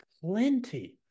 plenty